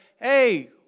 hey